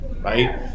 right